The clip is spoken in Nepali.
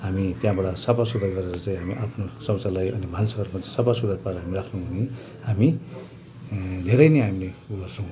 हामी त्यहाँबाट सफा सुग्घर गरेर चाहिँ हामी आफ्नो शौचालय अनि भन्साघर पनि सफा सुग्घर पारेर राख्नु भने हामी धेरै नै हामीले उयो गर्छौँ